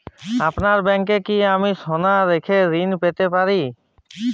আপনার ব্যাংকে কি আমি সোনা রেখে ঋণ পেতে পারি?